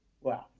Wow